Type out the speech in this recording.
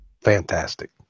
Fantastic